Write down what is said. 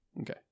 okay